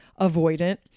avoidant